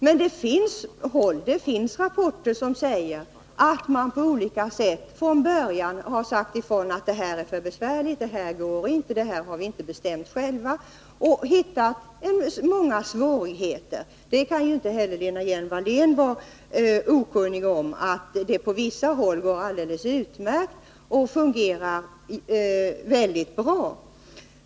Men det finns rapporter som visar att man på en del håll från början har sagt ifrån att ”det här är för besvärligt, det här går inte, det här har vi inte bestämt själva”. Lena Hjelm-Wallén kan inte vara okunnig om att det på vissa håll går utmärkt och fungerar bra.